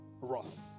wrath